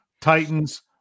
Titans